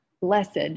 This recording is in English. blessed